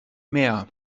mehr